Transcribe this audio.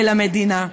אל המדינה.